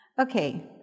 Okay